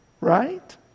right